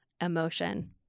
emotion